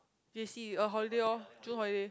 J_C her holiday or June holiday